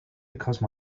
because